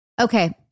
Okay